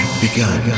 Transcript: begun